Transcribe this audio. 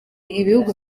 ibihugu